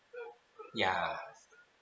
ya